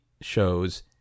shows